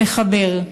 המחבר.